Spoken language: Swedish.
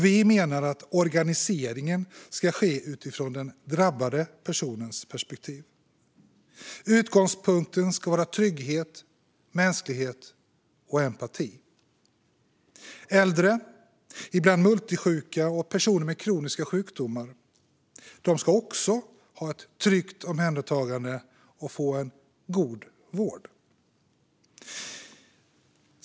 Vi menar att organiseringen ska ske utifrån den drabbade personens perspektiv. Utgångspunkten ska vara trygghet, mänsklighet och empati. Äldre, ibland multisjuka, och personer med kroniska sjukdomar, ska också ha ett tryggt omhändertagande och få en god vård.